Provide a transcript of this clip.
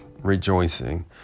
Rejoicing